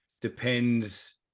depends